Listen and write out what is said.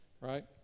right